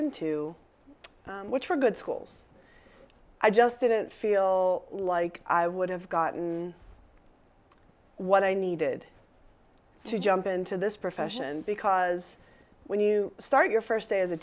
into which were good schools i just didn't feel like i would have gotten what i needed to jump into this profession because when you start your first day as a